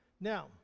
Now